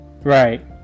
right